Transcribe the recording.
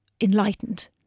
enlightened